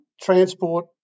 transport